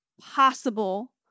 possible